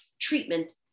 treatment